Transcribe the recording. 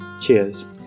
cheers